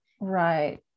Right